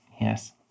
Yes